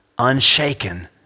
unshaken